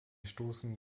stoßen